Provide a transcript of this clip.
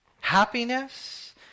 happiness